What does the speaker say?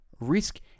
risk